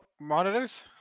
monitors